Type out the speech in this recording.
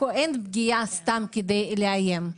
אין פגיעה סתם כדי לאיים.